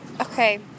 Okay